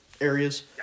areas